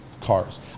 cars